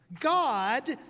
God